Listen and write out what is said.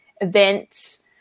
events